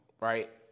right